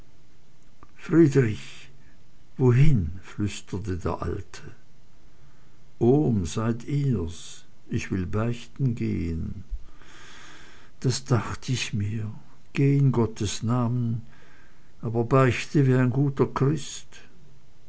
friedrich wohin flüsterte der alte ohm seid ihr's ich will beichten gehen das dacht ich mir geh in gottes namen aber beichte wie ein guter christ